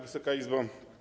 Wysoka Izbo!